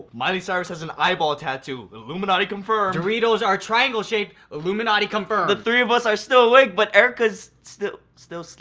miley cyrus has an eyeball tattoo, illuminati confirmed! doritos are triangle shaped, illuminati confirmed! the three of us are still awake, but erica's still. still. so